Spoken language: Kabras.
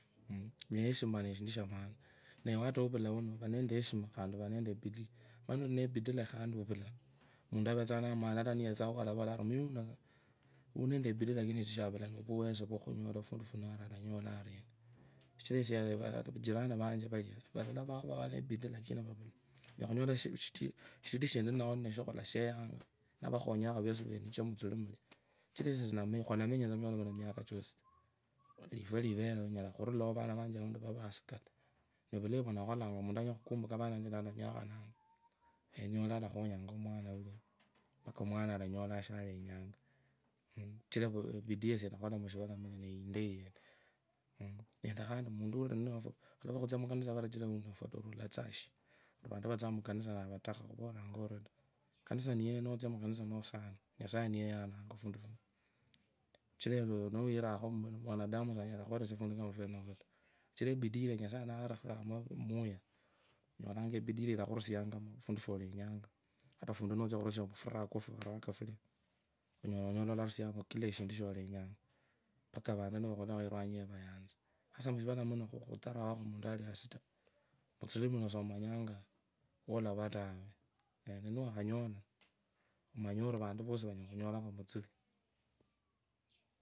Heshima ne shindu sha maana, ata novula vane eshima vane bidi ata nuvuka mantu ulenza niakhuvu rera ari wune ebidi lakini ovuwezo vwo khunyola nivyo vya avula ari alanyula ariena sichira esie chirani vanje valia valola vao vane bidi laki vuwezo vavula navakhonyokho vusi venushe mutsuri mulia sikhulamenya tsa mushivala shino miaka chosii taa lifwa livereo vana vanje nivo vasikala vulayi vwandakholanga muntu anyala khukumpuka vana vanje nivalanyakhanea onyole alakhunyangaa omwana wuwo nende khandi muntu ulininafwa wakhalova kutsia mukanisa yananga niwirakho binadamu salakheresia fundu kama funafwataa ebidii yiraa nyasaye nokhafuriremo emwiya onyolanga ebidii ilia ilakhuvusianga mufundi fwolenyanga ata ofundu turangwa fwariaka fwulia okinyola olarusiamo kula eshindu sholenyanga. Sasa mushivala muno niwakhanyola omenya vantu vosi vanyula khunyorakho mutsuli.